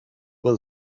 will